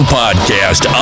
podcast